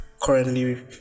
currently